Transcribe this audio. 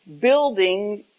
building